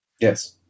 Yes